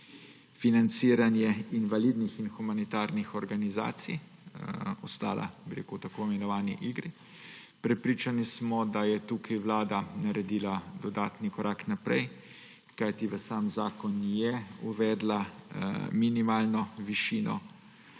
financiranje invalidskih in humanitarnih organizacij ostali v tako imenovani igri. Prepričani smo, da je tukaj Vlada naredila dodatni korak naprej, kajti v samem zakonu je uvedla minimalno višino